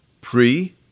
Pre